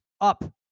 up